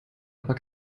aber